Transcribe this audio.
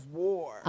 war